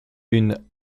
une